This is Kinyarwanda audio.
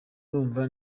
numva